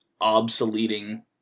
obsoleting